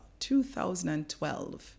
2012